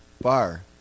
bar